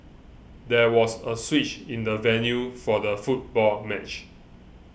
there was a switch in the venue for the football match